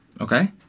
Okay